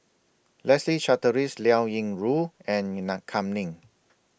Leslie Charteris Liao Yingru and in nut Kam Ning